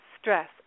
stress